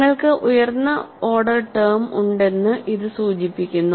നിങ്ങൾക്ക് ഉയർന്ന order term ഉണ്ടെന്ന് ഇത് സൂചിപ്പിക്കുന്നു